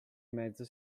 mezzo